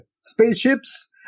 spaceships